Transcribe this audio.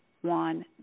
one